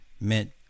meant